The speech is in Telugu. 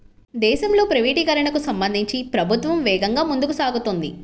దేశంలో ప్రైవేటీకరణకు సంబంధించి ప్రభుత్వం వేగంగా ముందుకు సాగుతోంది